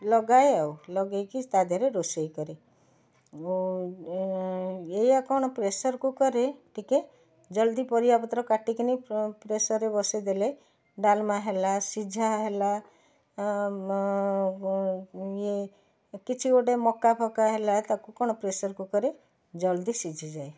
ଲଗାଏ ଆଉ ଲଗାଇକି ତା ଦେହରେ ରୋଷେଇ କରେ ଏଇଆ କ'ଣ ପ୍ରେସର୍ କୁକର୍ରେ ଟିକେ ଜଲଦି ପରିବାପତ୍ର କାଟିକିନି ପ୍ରେସର୍ରେ ବସାଇ ଦେଲେ ଡାଲମା ହେଲା ସିଝା ହେଲା ଇଏ କିଛି ଗୋଟେ ମକା ଫକା ହେଲା ତାକୁ କ'ଣ ପ୍ରେସର୍ କୁକର୍ରେ ଜଲଦି ସିଝିଯାଏ